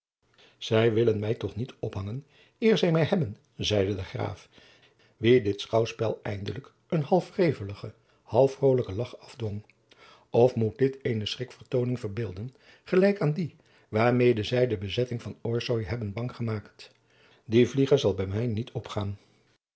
zij willen mij toch niet ophangen eer zij mij hebben zeide de graaf wien dit schouwspel eindelijk een half wreveligen half vrolijken lagch afdwong of moet dit eene schrikvertooning verbeelden gelijk aan die waarmede zij de bezetting van orsoy hebben bang gemaakt die vlieger zal bij mij niet opgaan